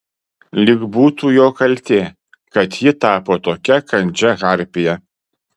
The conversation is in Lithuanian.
lyg būtų jo kaltė kad ji tapo tokia kandžia harpija